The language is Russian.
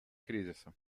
кризиса